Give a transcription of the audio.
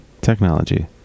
Technology